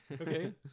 Okay